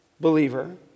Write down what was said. believer